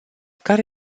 care